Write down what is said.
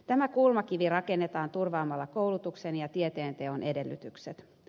tämä kulmakivi rakennetaan turvaamalla koulutuksen ja tieteenteon edellytykset